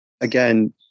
Again